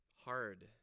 hard